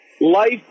life